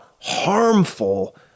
harmful